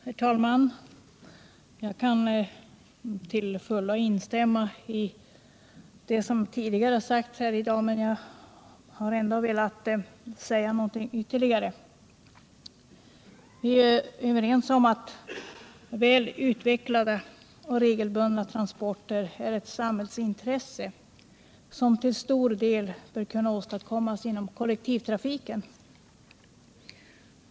Herr talman! Jag kan till fullo instämma i det som tidigare sagts här i dag, men jag vill ändå säga något ytterligare. Vi är överens om att väl utvecklade och regelbundna transporter är ett samhällsintresse som till stor del bör kunna tillgodoses genom kollektivtrafiken.